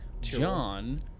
John